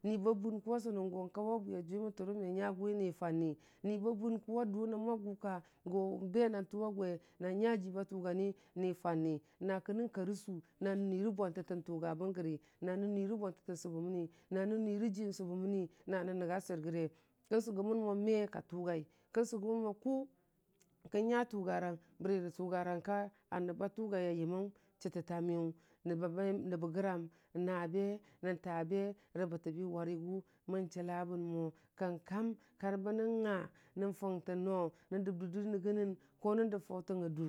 Ni ba bən kʊ a sʊnəngo kawe bwi a jʊwi mən fʊngrə mw nyagʊ wi nii fanni, nii ba bən kʊ a dʊ nən mwe a gʊ ka go be na tʊ nən mwe a gʊ ka go be na tʊ wagwe na nya ji ba tʊgannii ni fanni, naki nən karə sʊ nanə nurə bwantətə tʊgabən kəgi, nanə nuirə bwantətə subəməni, nanə nuira bwantətə subəməni nanə nənyai swer rəyuze, kən sʊyʊmən mo kʊ kən nya tʊgarang, bərəri tʊgarangka n nəb na tʊgai a yəməng, chitətə miyu, nəbbə gramm, naabe ne taabe, rə bətəbi wergʊ mən chi bən mo kənkam kar bənə nya nən fʊngtən noo, nən dəb dur də nəyən əng.